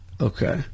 Okay